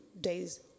days